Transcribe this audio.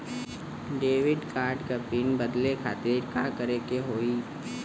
Debit card क PIN बदले खातिर का करेके होई?